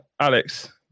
Alex